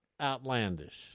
outlandish